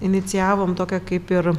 inicijavom tokią kaip ir